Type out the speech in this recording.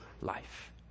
life